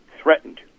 threatened